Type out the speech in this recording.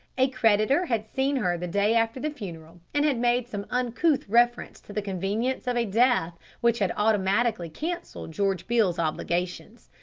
a creditor had seen her the day after the funeral and had made some uncouth reference to the convenience of a death which had automatically cancelled george beale's obligations.